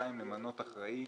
למנות אחראי